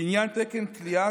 בעניין תקן כליאה,